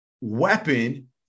weapon